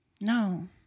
No